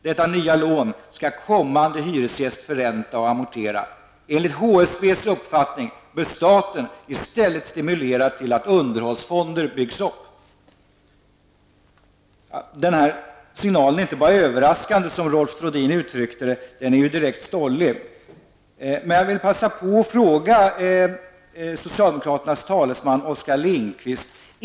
Detta nya lån skall kommande hyresgäst förränta och amortera. Enligt HSBs uppfattning bör staten i stället stimulera till att underhållsfonder byggs upp.'' Denna signal är inte bara överraskande, som Rolf Trodin uttryckte det. Den är direkt stollig. Jag vill passa på att ställa en fråga till socialdemokraternas talesman Oskar Lindkvist.